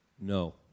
No